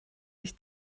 sich